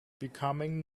becoming